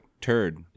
turd